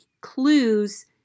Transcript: clues